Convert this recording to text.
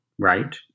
right